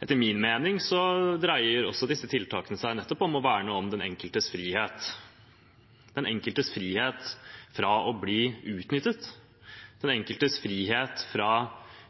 Etter min mening dreier disse tiltakene seg også om å verne om den enkeltes frihet – den enkeltes frihet fra å bli utnyttet, den enkeltes frihet fra